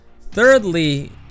thirdly